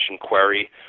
query